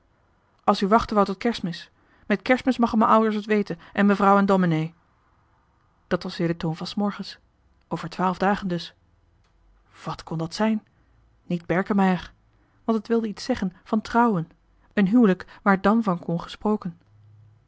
as u wachte wou tot kers'mis met kers'mis magge m'en ou'ers et weten en mevrouw en domenee dat was weer de toon van s morgens over twaalf dagen dus wat kon dat zijn niet berkemeier want het wilde iets zeggen van trouwen een huwelijk waar dàn van